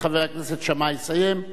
וחבר הכנסת שאמה יסיים,